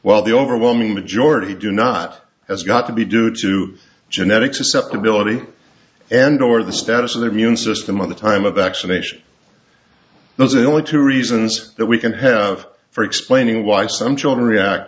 while the overwhelming majority do not as got to be due to genetic susceptibility and or the status of their immune system of the time of the actual nation those are the only two reasons that we can have for explaining why some children react